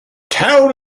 town